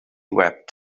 wept